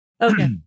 Okay